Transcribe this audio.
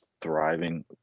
thriving